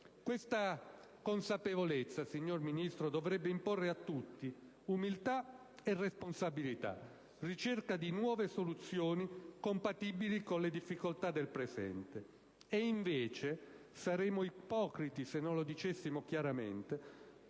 Questa consapevolezza, signor Ministro, dovrebbe imporre a tutti umiltà e responsabilità, per cercare nuove soluzioni compatibili con le difficoltà del presente. Saremmo ipocriti se non dicessimo chiaramente